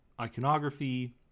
iconography